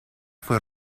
fue